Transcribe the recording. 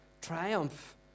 triumph